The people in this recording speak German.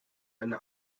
eine